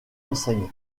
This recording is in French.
enseigne